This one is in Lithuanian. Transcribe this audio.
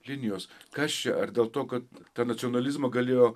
linijos kas čia ar dėl to kad tą nacionalizmą galėjo